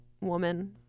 woman